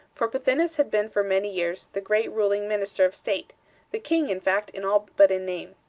for pothinus had been for many years the great ruling minister of state the king, in fact, in all but in name.